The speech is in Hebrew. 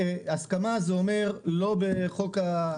הסכמה זה אומר לא לעשות את זה בחוק ההסדרים.